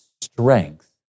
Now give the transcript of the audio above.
strength